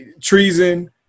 treason